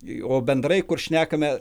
o bendrai kur šnekame